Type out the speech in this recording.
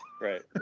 Right